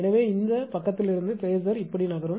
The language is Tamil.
எனவே இந்த பக்கத்திலிருந்து ஃபேசர் இப்படி நகரும்